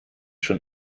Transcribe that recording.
schon